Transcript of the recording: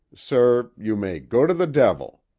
sir, you may go to the devil!